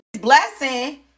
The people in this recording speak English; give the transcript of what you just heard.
blessing